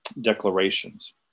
declarations